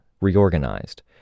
reorganized